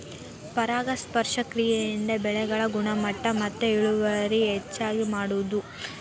ಪರಾಗಸ್ಪರ್ಶ ಕ್ರಿಯೆಯಿಂದ ಬೆಳೆಗಳ ಗುಣಮಟ್ಟ ಮತ್ತ ಇಳುವರಿ ಹೆಚಗಿ ಮಾಡುದು